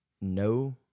no